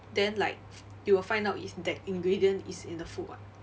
then like you will find out if that ingredient is in the food [what]